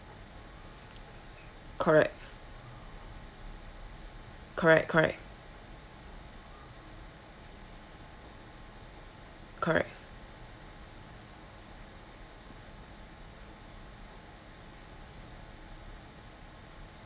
correct correct correct correct